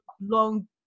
long